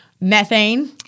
methane